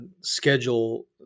schedule